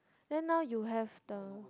then now you have the